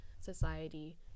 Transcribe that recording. society